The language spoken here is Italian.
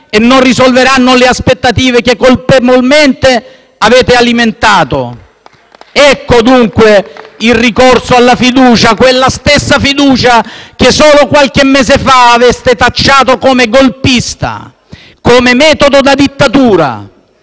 e non risolveranno le aspettative che colpevolmente avete alimentato. *(Applausi dal Gruppo PD)*. Ecco, dunque, il ricorso alla fiducia, quella stessa fiducia che solo qualche mese fa avreste tacciato come golpista e metodo da dittatura.